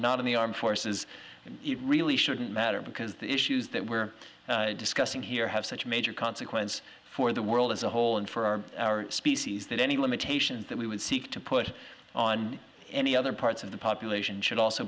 not in the armed forces and it really shouldn't matter because the issues that we're discussing here have such major consequences for the world as a whole and for our species that any limitations that we would seek to put on any other parts of the population should also